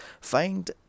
find